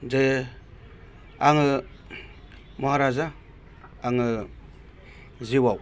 जे आङो महाराजा आङो जिउआव